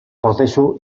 prozesu